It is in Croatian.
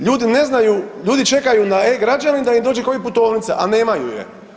Ljudi ne znaju, ljudi čekaju na e-građanin da im dođe Covid putovnica, a nemaju je.